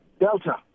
Delta